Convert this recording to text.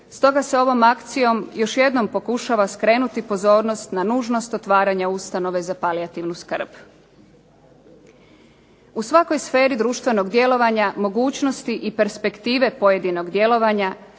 stoga se ovom akcijom još jednom pokušava skrenuti pozornost na nužnost otvaranja ustanove za palijativnu skrb. U svakoj sferi društvenog djelovanja mogućnosti i perspektive pojedinog djelovanja